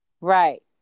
Right